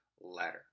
letter